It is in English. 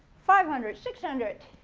five hundred? six hundred?